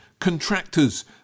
Contractors